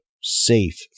safe